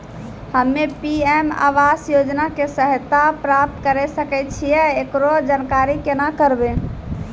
हम्मे पी.एम आवास योजना के सहायता प्राप्त करें सकय छियै, एकरो जानकारी केना करबै?